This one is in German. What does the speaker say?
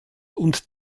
und